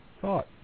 thought